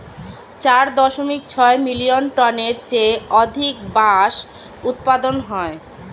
চার দশমিক ছয় মিলিয়ন টনের চেয়ে অধিক বাঁশ উৎপাদন হয়